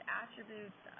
attributes